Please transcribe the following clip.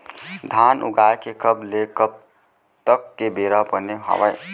धान उगाए के कब ले कब तक के बेरा बने हावय?